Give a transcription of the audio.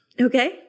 Okay